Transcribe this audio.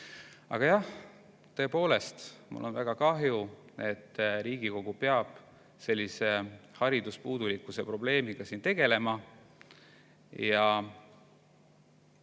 Aga jah, tõepoolest, mul on väga kahju, et Riigikogu peab sellise hariduspuudulikkuse probleemiga siin tegelema.